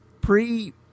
pre